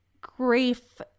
grief